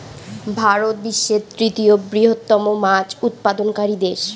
ভারত বিশ্বের তৃতীয় বৃহত্তম মাছ উৎপাদনকারী দেশ